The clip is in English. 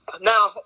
Now